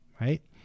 right